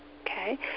Okay